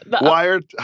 wired